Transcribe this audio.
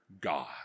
God